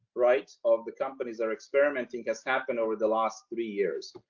right, of the companies are experimenting has happened over the last three years.